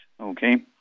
Okay